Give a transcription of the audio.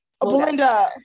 Belinda